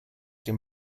dem